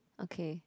okay